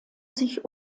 sich